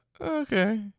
Okay